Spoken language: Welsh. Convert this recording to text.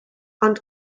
ond